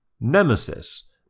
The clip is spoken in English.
Nemesis